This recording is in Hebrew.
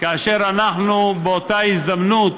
כאשר אנחנו באותה הזדמנות